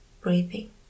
breathing